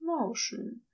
motion